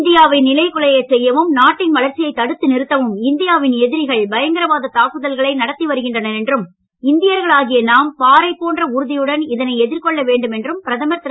இந்தியாவை நிலைக்குலைய செய்யவும் நாட்டின் வளர்ச்சியை தடுத்து நிறுத்தவும் இந்தியாவின் எதிரிகள் பயங்கரவாத தாக்குதல்களை நடத்தி வருகின்றன என்றும் இந்தியர்களாகிய நாம் பாறை போன்ற உறுதியுடன் இதனை எதிர்கொள்ள வேண்டும் என்றும் பிரதமர் திரு